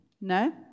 no